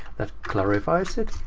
that clarifies it.